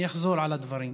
אני אחזור על הדברים.